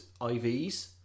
IVs